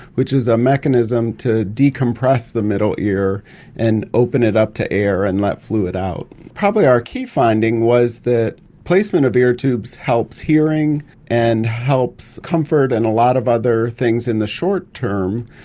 which is a mechanism to decompress the middle ear and open it up to air and let fluid out. probably our key finding was that placement of ear tubes helps hearing and helps comfort and a lot of other things in the short term,